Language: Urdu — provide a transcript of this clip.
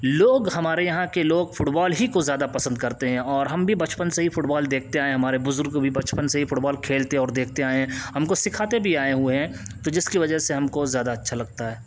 لوگ ہمارے یہاں کے لوگ فٹبال ہی کو زیادہ پسند کرتے ہیں اور ہم بھی بچپن سے ہی فٹبال دیکھتے آئے ہیں ہمارے بزرگ بھی بچپن سے فٹبال کھیلتے اور دیکھتے آئے ہیں ہم کو سکھاتے بھی آئے ہوئے ہیں تو جس کی وجہ سے ہم کو زیادہ اچھا لگتا ہے